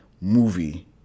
movie